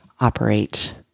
operate